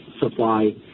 supply